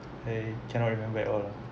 I cannot remember at all